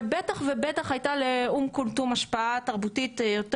ובטח הייתה לאום כולתום השפעה תרבותית יותר